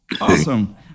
awesome